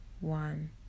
one